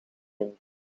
ding